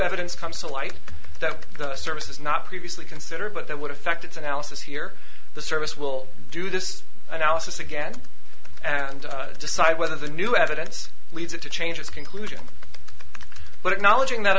evidence comes to light that the service is not previously considered but that would affect its analysis here the service will do this analysis again and decide whether the new evidence leads it to change its conclusion but acknowledging that